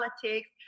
politics